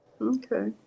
Okay